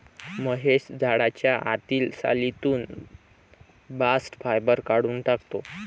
महेश झाडाच्या आतील सालीतून बास्ट फायबर काढून टाकतो